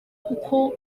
kuko